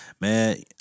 Man